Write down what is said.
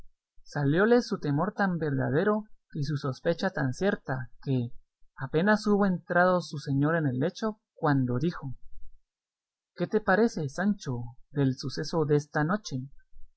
acompañado salióle su temor tan verdadero y su sospecha tan cierta que apenas hubo entrado su señor en el lecho cuando dijo qué te parece sancho del suceso desta noche